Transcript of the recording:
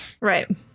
Right